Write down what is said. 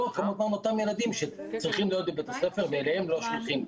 לא כמובן אותם ילדים שצריכים להיות בבתי ספר ואליהם לא שולחים.